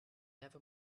never